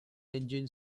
engine